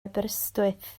aberystwyth